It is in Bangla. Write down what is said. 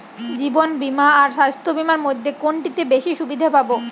জীবন বীমা আর স্বাস্থ্য বীমার মধ্যে কোনটিতে বেশী সুবিধে পাব?